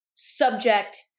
subject